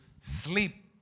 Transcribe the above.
sleep